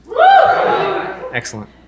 Excellent